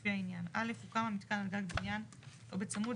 לפי העניין: (א) הוקם המיתקן על גג בניין או בצמוד